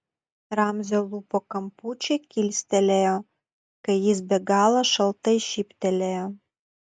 ramzio lūpų kampučiai kilstelėjo kai jis be galo šaltai šyptelėjo